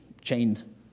chained